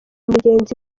mugenzi